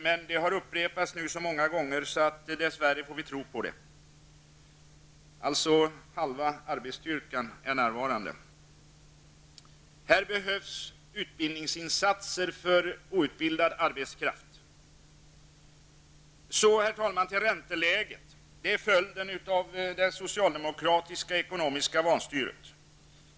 Men det här har upprepats så många gånger att vi, dess värre alltså, måste tro att det är sant. Halva arbetsstyrkan är således närvarande vid det här företaget. Det behövs utbildningsinsatser för outbildad arbetskraft. Sedan, herr talman, något om ränteläget. Vårt ränteläge är en följd av det socialdemokratiska ekonomiska vanstyret.